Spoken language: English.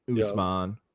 Usman